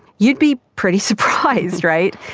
you'd be pretty surprised, right?